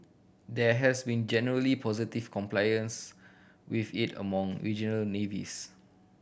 there has been generally positive compliance with it among regional navies